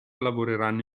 lavoreranno